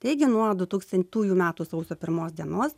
taigi nuo du tūkstantųjų metų sausio pirmos dienos